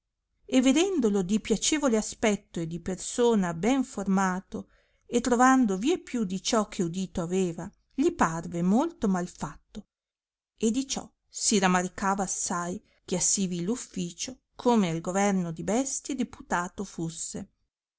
e vedendolo di piacevole aspetto e di persona ben formato e trovando vie più di ciò che udito aveva gli parve molto mal fatto e di ciò si ramaricava assai che a si vil ufficio come al governo di bestie deputato fusse